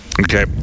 okay